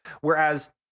whereas